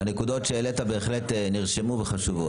הנקודות שהעלית בהחלט נרשמו וחשובות.